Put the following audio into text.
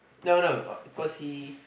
no no cause she